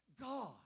God